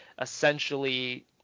essentially